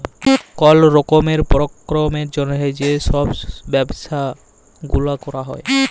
call রকমের পরকল্পের জ্যনহে যে ছব ব্যবছা গুলাল ক্যরা হ্যয়